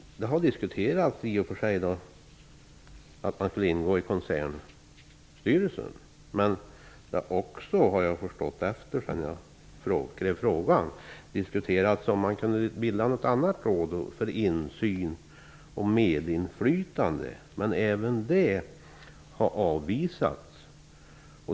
Det har i och för sig diskuterats att man skulle ingå i kon cernstyrelsen, och att det skulle kunna bildas nå got annat råd för insyn och medinflytande. Men även det har avvisats.